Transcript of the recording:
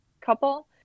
couple